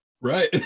Right